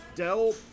Dell